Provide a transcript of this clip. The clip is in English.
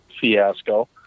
fiasco